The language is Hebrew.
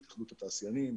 התאחדות התעשיינים,